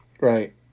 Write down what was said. right